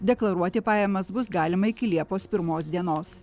deklaruoti pajamas bus galima iki liepos pirmos dienos